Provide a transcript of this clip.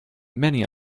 many